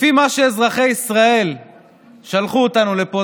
לפי מה שאזרחי ישראל שלחו אותנו לפה,